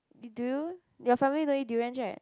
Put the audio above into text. do you your family don't eat durians right